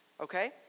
okay